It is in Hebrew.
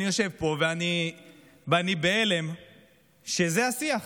אני יושב פה ואני בהלם שזה השיח.